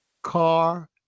car